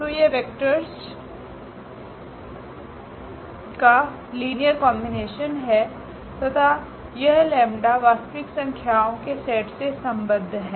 तो यह वेक्टर्स का लीनियर कॉम्बिनेशन है तथा यह लेम्डा 𝜆 वास्तविक संख्याओं के सेट से संबद्ध हैं